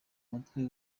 mutwe